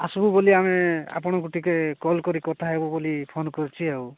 ଆସିବୁ ବୋଲି ଆମେ ଆପଣଙ୍କୁ ଟିକେ କଲ୍ କରିି କଥା ହେବୁ ବୋଲି ଫୋନ କରିଛି ଆଉ